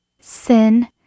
Sin